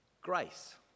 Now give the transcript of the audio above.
grace